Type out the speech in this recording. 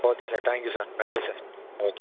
okay sir thank you sir நன்றி sir okay